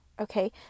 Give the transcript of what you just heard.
Okay